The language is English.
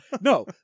No